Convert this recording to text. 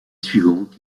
suivante